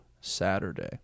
saturday